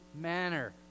manner